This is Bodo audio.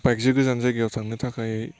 बाइकजों गोजान जायगायाव थांनो थाखाय